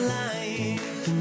life